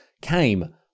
came